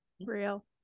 real